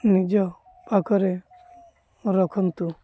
ନିଜ ପାଖରେ ରଖନ୍ତୁ